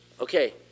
Okay